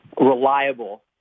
reliable